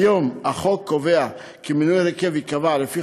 כיום החוק קובע כי מינוי הרכב ייקבע לפי